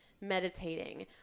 meditating